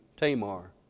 Tamar